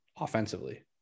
offensively